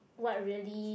what really